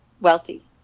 wealthy